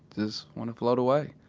just wanna float away